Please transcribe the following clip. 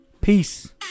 Peace